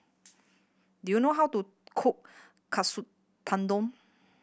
do you know how to cook Katsu Tendon